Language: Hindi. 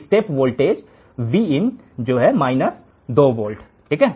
स्टेप वोल्टेज Vin 2 वोल्ट है